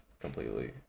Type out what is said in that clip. completely